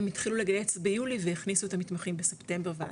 הם התחילו לגייס ביולי והכניסו את המתמחים בספטמבר והלאה,